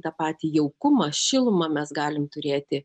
tą patį jaukumą šilumą mes galim turėti